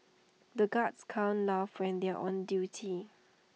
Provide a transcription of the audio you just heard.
the guards can't laugh when they are on duty